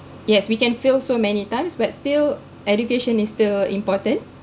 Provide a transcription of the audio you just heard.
yes we can fail so many times but still education is still important